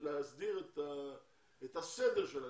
להסדיר את הסדר של ה-26,